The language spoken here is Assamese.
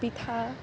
পিঠা